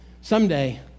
someday